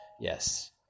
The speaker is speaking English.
Yes